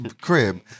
crib